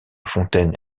fontaine